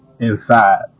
inside